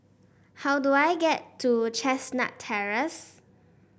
how do I get to Chestnut Terrace